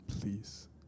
please